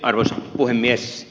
arvoisa puhemies